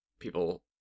people